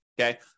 Okay